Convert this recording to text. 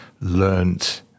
learned